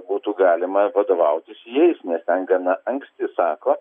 būtų galima vadovautis jais nes ten gana anksti sako